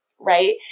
Right